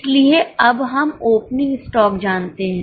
इसलिए अब हम ओपनिंग स्टॉक जानते हैं